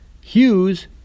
Hughes